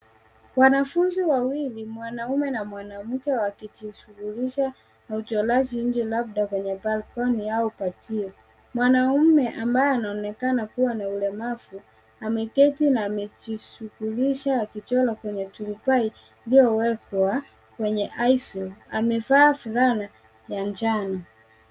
Wanafunzi wawili, mwanaume na mwanamke wakijishughulisha na uchoraji nje labda kwenye balcony yao au palio. Mwanaume ambaye anaonekana kuwa na ulemavu ameketi na kujishughulisha akichora kwenye turubai iliyowekwa kwenye aisimu .Amevaa fulana ya njano.